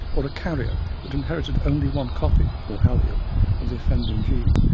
or a carrier who had inherited only one copy or allele of the offending gene,